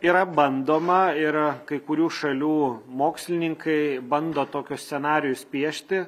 yra bandoma yra kai kurių šalių mokslininkai bando tokius scenarijus piešti